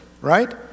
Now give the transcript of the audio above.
right